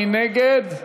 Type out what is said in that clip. מי נגד?